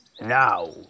Now